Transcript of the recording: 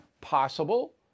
Possible